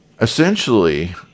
Essentially